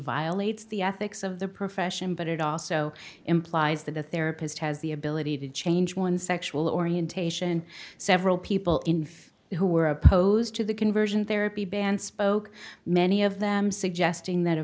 violates the ethics of the profession but it also implies that the therapist has the ability to change one's sexual orientation several people in faith who were opposed to the conversion therapy ban spoke many of them suggesting that